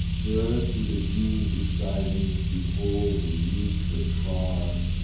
there through the dews beside me behold a youth that trod,